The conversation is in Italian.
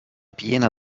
piena